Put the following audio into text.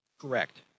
Correct